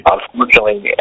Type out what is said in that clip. Unfortunately